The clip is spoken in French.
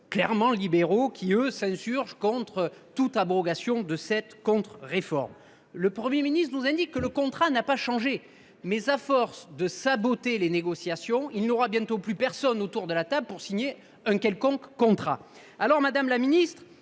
clairement libéraux qui, eux, s’insurgent contre toute abrogation de cette contre réforme ? Le Premier ministre nous indique que « le contrat n’a pas changé », mais, à force de saboter les négociations, il n’y aura bientôt plus personne autour de la table pour signer un quelconque contrat. Madame la ministre